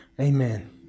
Amen